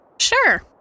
Sure